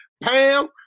Pam